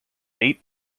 eight